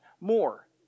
more